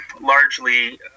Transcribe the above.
largely